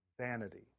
vanity